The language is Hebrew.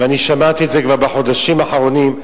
שמעתי את זה בחודשים האחרונים,